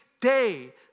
day